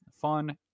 fun